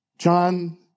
John